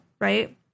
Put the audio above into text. right